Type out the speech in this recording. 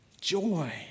Joy